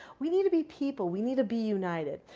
we need to be people, we need to be united.